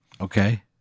Okay